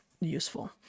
useful